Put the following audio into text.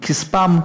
מכספם.